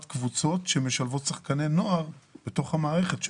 קבוצות שמשלבות שחקני נוער בתוך המערכת שלהן.